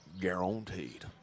Guaranteed